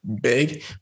big